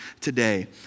today